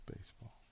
baseball